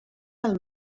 del